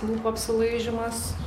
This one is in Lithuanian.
lūpų apsilaižydamas